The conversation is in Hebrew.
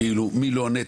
מי לא עונה?